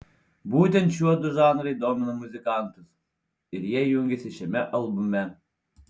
būtent šiuodu žanrai domina muzikantus ir jie jungiasi šiame albume